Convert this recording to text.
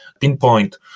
pinpoint